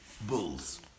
Bulls